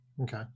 Okay